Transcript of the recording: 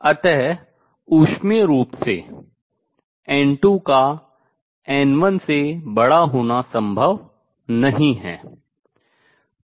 अत ऊष्मीय रूप से n2 का n1 से बड़ा होना संभव नहीं है